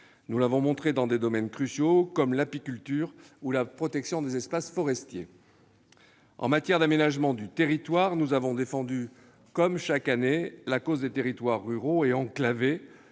nous l'avons montré dans des domaines cruciaux comme l'apiculture ou la protection des espaces forestiers. En matière d'aménagement du territoire, nous avons défendu, comme chaque année, la cause des territoires ruraux et enclavés,